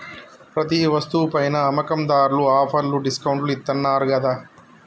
ప్రతి వస్తువు పైనా అమ్మకందార్లు ఆఫర్లు డిస్కౌంట్లు ఇత్తన్నారు గదా